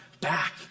back